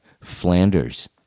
...Flanders